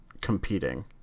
competing